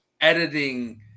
editing